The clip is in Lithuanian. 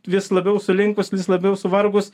vis labiau sulinkus vis labiau suvargus